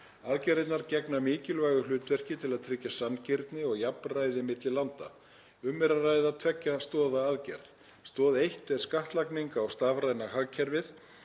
Aðgerðirnar gegna mikilvægu hlutverki til að tryggja sanngirni og jafnræði milli landa. Um er að ræða tveggja stoða aðgerð. Stoð 1, skattlagning á stafræna hagkerfið,